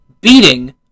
Beating